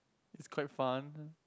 is quite fun